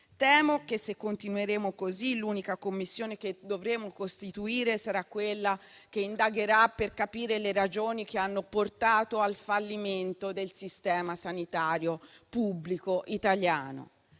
Temo che, se continueremo così, l'unica commissione che dovremo costituire sarà quella che indagherà per capire le ragioni che hanno portato al fallimento del Sistema sanitario pubblico italiano.